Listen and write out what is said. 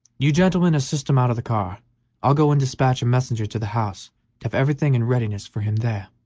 you gentlemen assist him out of the car i'll go and despatch a messenger to the house to have everything in readiness for him there.